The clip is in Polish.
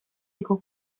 jego